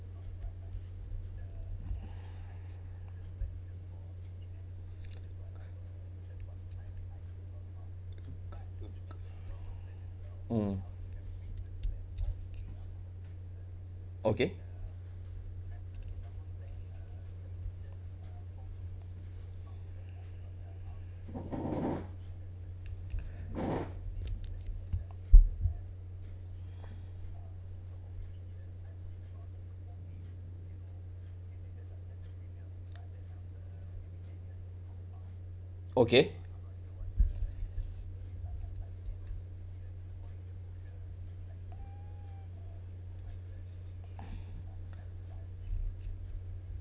mm okay okay